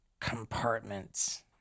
compartments